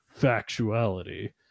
factuality